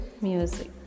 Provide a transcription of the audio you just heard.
music